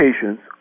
patients